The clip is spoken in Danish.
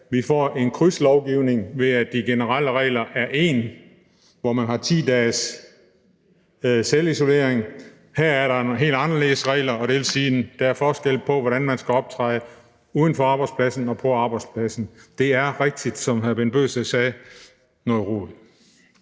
sagde, en krydslovgivning, ved at de generelle regler er på en måde, hvor man får 10 dages selvisolation. Her er der nogle helt anderledes regler, og det vil sige, at der er forskel på, hvordan man skal optræde uden for arbejdspladsen og på arbejdspladsen. Det er, som hr. Bent Bøgsted helt rigtigt